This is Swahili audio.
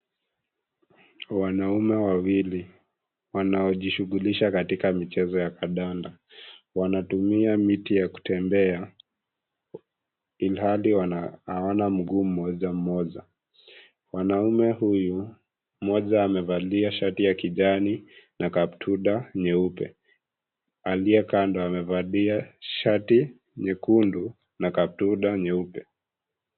Wanaume wawili ,wanaojishughulisha katika michezo ya kandanda. Wanatumia miti ya kutembea ,ilhali wana hawana mguu mmoja mmoja. Mwanaume huyu, mmoja amevalia shati ya kijani na kaptura nyeupe. Aliyekando amevalia shati nyekundu na kaptura nyeupe.